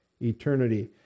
eternity